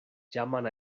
llaman